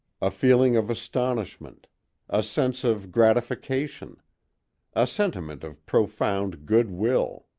a feeling of astonishment a sense of gratification a sentiment of profound good will.